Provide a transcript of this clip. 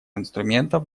инструментов